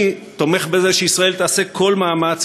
אני תומך בזה שישראל תעשה כל מאמץ,